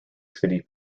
city